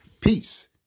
Peace